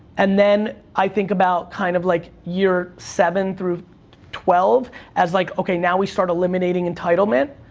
and then i think about kind of, like, year seven through twelve as, like, okay, now we start eliminating entitlement.